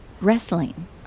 wrestling